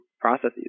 processes